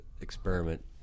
experiment